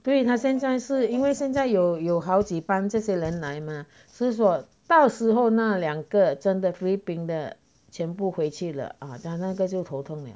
对他现在是因为现在有有好几班这些人来吗只是说到时候那两个真的菲律宾的全部回去了啊那个就头疼了